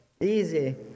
easy